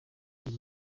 iyi